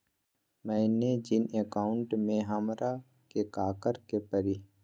मैंने जिन अकाउंट में हमरा के काकड़ के परी?